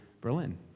Berlin